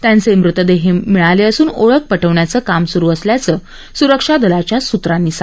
त्यांचे मृतदेह मिळालं असून ओळख पटवण्याचं काम सुरु असल्याचं सुरक्षा दलाच्या सूत्रांनी सांगितलं